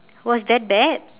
it was that bad